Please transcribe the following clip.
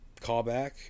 callback